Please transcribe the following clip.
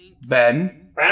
Ben